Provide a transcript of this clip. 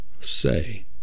say